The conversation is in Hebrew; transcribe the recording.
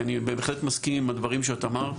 כי אני בהחלט מסכים עם הדברים שאת אמרת,